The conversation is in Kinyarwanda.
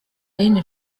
yindi